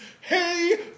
Hey